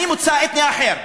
אני מוצא אתני אחר.